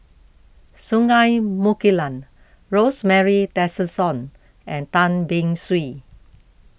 Singai Mukilan Rosemary Tessensohn and Tan Beng Swee